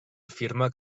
afirma